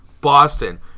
Boston